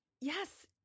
Yes